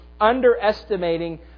underestimating